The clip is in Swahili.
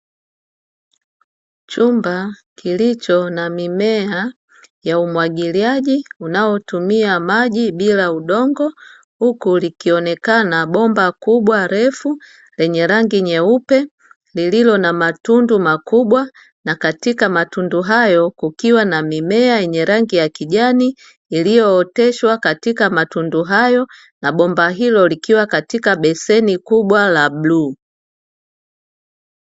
Chumba kilicho na mimea ya umwagiliaji unaotumia maji bila udongo, huku likionekana bomba kubwa refu lenye rangi nyeupe, lililo na matundu makubwa na katika matundu hayo kukiwa na mimea yenye rangi ya kijani, iliyooteshwa katika matundu hayo, na bomba hilo likiwa katika beseni kubwa la bluu.